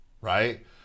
right